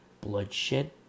bloodshed